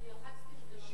לחצתי וזה לא נלחץ.